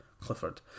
Clifford